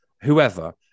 whoever